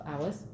hours